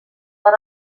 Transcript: per